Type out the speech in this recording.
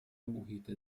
محیط